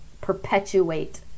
perpetuate